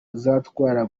uzatwara